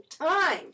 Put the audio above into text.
time